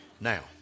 Now